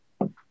Okay